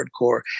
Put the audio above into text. hardcore